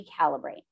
recalibrate